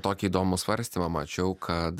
tokį įdomų svarstymą mačiau kad